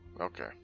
okay